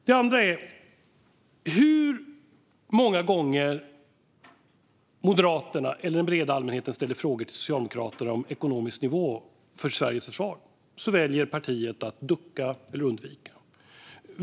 Det andra är att hur många gånger Moderaterna eller den breda allmänheten än ställer frågor till Socialdemokraterna om ekonomisk nivå för Sveriges försvar väljer partiet att ducka eller undvika frågan.